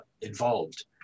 involved